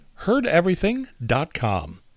heardeverything.com